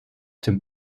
dem